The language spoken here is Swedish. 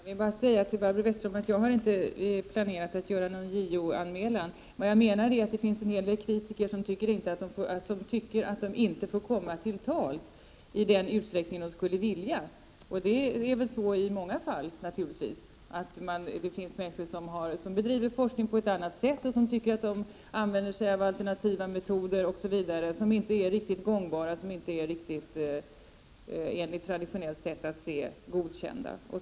Herr talman! Jag vill säga till Barbro Westerholm att jag inte har planerat att göra någon JO-anmälan. Men jag menar att det finns en hel del kritiker som anser att de inte får komma till tals i den utsträckning som de skulle 81 vilja. Det är naturligtvis i många fall på det sättet att det finns människor som bedriver forskning på ett annat sätt och som tycker att de använder sig av alternativa metoder som inte är riktigt gångbara eller godkända på det traditionella sättet.